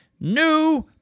new